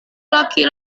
laki